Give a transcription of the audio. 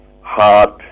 heart